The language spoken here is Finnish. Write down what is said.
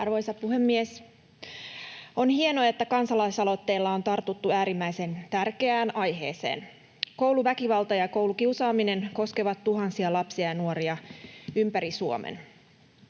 Arvoisa puhemies! On hienoa, että kansalaisaloitteella on tartuttu äärimmäisen tärkeään aiheeseen. Kouluväkivalta ja koulukiusaaminen koskevat tuhansia lapsia ja nuoria ympäri Suomen.